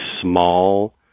small